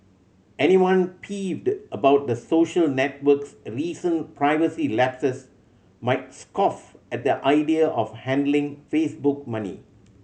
anyone peeved about the social network's recent privacy lapses might scoff at the idea of handing Facebook money